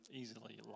easily